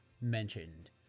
mentioned